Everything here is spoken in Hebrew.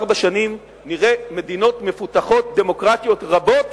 ארבע שנים נראה מדינות מפותחות דמוקרטיות רבות